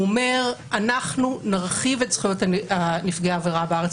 הוא אומר: אנחנו נרחיב את זכויות נפגעי העבירה בארץ.